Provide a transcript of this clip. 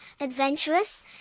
adventurous